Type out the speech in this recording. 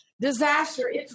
disaster